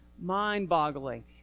mind-boggling